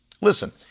Listen